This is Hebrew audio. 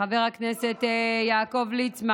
חבר הכנסת יעקב ליצמן,